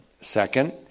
Second